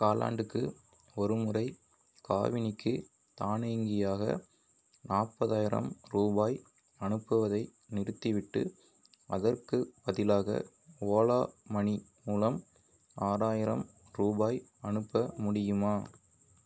காலாண்டுக்கு ஒருமுறை காவினிக்கு தானியங்கியாக நாற்பதாயிரம் ரூபாய் அனுப்புவதை நிறுத்திவிட்டு அதற்குப் பதிலாக ஓலா மனி மூலம் ஆறாயிரம் ரூபாய் அனுப்ப முடியுமா